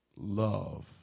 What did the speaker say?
Love